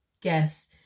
guess